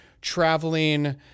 traveling